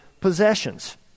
possessions